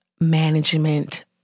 management